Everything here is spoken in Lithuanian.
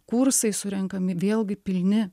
kursai surenkami vėlgi pilni